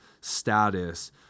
status